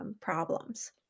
problems